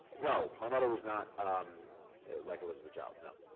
no, my mother was not um like elizabeth childs, no.